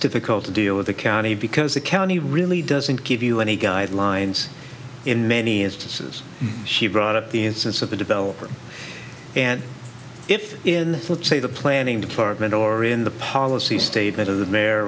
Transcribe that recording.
difficult to deal with the county because the county really doesn't give you any guidelines in many instances she brought up the instance of the developer and if in that say the planning department or in the policy statement of the mayor